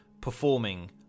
performing